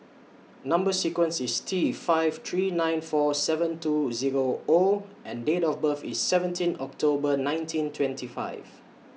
Number sequence IS T five three nine four seven two Zero O and Date of birth IS seventeen October nineteen twenty five